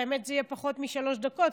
האמת היא שזה יהיה פחות משלוש דקות,